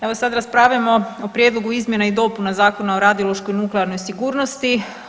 Evo sad raspravljamo o prijedlogu izmjena i dopuna Zakona o radiološkoj i nuklearnoj sigurnosti.